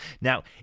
Now